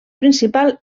principal